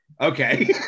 Okay